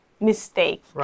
mistake